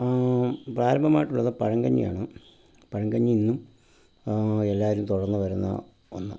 പാരമ്പര്യമായിട്ടുള്ളത് പഴം കഞ്ഞിയാണ് പഴങ്കഞ്ഞി ഇന്നും എല്ലാവരും തുടർന്ന് വരുന്ന ഒന്ന്